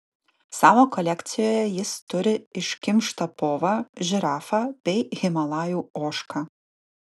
savo kolekcijoje jis turi iškimštą povą žirafą bei himalajų ožką